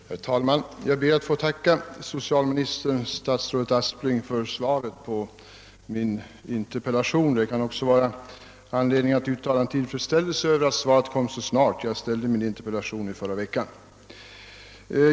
Herr talman! Jag ber att få tacka socialministern för svaret på min interpellation. Det kan också vara anledning att uttala tillfredsställelse över att svaret kom så snart; jag ställde min interpellation i förra veckan.